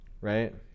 right